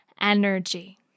energy